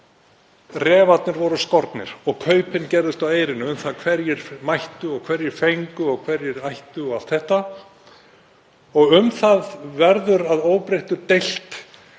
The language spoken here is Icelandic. refirnir voru skornir og kaupin gerðust á eyrinni um það hverjir mættu og hverjir fengju og hverjir ættu og allt þetta. Um það verður að óbreyttu deilt